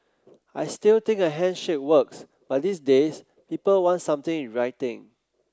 I still think a handshake works but these days people want something in writing